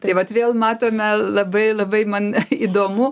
tai vat vėl matome labai labai man įdomu